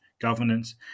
governance